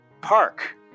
park